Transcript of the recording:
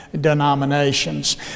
denominations